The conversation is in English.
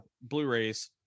Blu-rays